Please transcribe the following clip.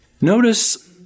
Notice